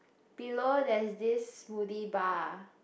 below there is this smoothie bar